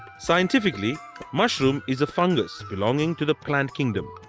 scienti cally mushroom is a fungus belonging to the plant kingdom.